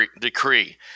decree